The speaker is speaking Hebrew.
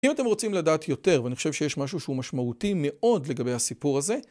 אם אתם רוצים לדעת יותר ואני חושב שיש משהו שהוא משמעותי מאוד לגבי הסיפור הזה